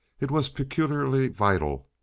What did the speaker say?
it was peculiarly vital,